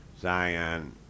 Zion